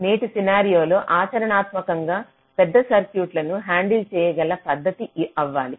నేటి సినారియోలో ఆచరణాత్మకంగా పెద్ద సర్క్యూట్లను హ్యాండిల్ చేయగల పద్ధతి అవ్వాలి